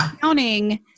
counting